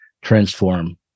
transform